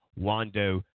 Wando